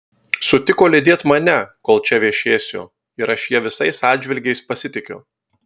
sutiko lydėt mane kol čia viešėsiu ir aš ja visais atžvilgiais pasitikiu